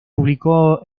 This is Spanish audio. publicó